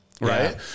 right